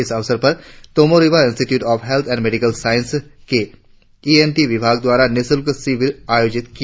इस अवसर पर Tomo Riba institute of health and medical science के ई एन टी विभाग द्वारा निशुल्क शिविर आयोजित किया